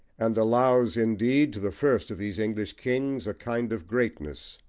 and allows indeed to the first of these english kings a kind of greatness,